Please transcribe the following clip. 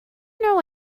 know